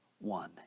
one